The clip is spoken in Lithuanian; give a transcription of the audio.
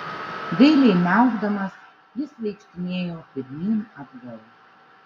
gailiai miaukdamas jis vaikštinėjo pirmyn atgal